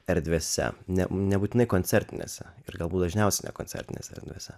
erdvėse nebūtinai koncertinėse ir galbūt dažniausiai nekoncertinėse erdvėse